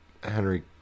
Henry